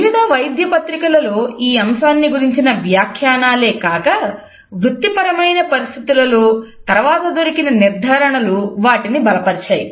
వివిధ వైద్య పత్రికలలో ఈ అంశాన్ని గురించిన వ్యాఖ్యానాలే కాక వృత్తిపరమైన పరిస్థితులలో తరువాత దొరికిన నిర్ధారణలు వాటిని బలపరిచాయి